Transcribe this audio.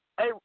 hey